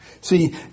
See